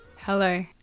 Hello